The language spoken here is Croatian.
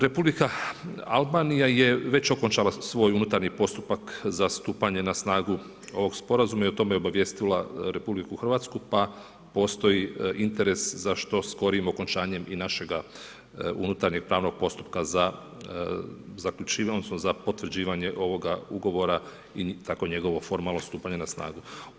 Republika Albanija je već okončala svoj unutarnji postupak za stupanje na snagu ovog sporazuma i o tome je obavijestila RH pa postoji interes za što skorijim okončanjem i našega unutarnjeg pravnog poslova za … odnosno, za potvrđivanje ovoga ugovora i tako njegovog formalno stupanje na snagu.